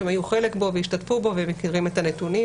שהם היו חלק בו והשתתפו בו והם מכירים את הנתונים.